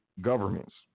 governments